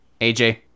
aj